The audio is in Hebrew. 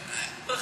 7. היא בגופה.